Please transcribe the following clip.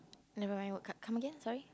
never mind what come again sorry